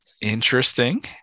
Interesting